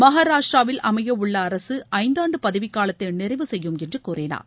மகாராஷ்டிராவில் அமைய உள்ள அரசு ஐந்தாண்டு பதவி காலத்தை நிறைவு செய்யும் என்று கூறினார்